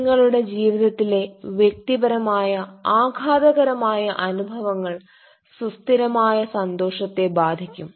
നിങ്ങളുടെ ജീവിതത്തിലെ വ്യക്തിപരമായ ആഘാതകരമായ അനുഭവങ്ങൾ സുസ്ഥിരമായ സന്തോഷത്തെ ബാധിക്കും